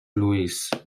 louise